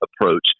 approach